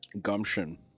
gumption